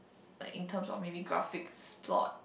like in terms of maybe graphics plot